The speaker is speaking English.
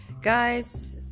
guys